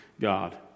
God